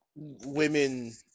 women